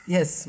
Yes